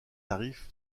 tarifs